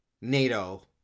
NATO